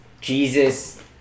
Jesus